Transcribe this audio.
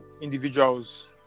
individuals